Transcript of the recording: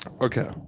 Okay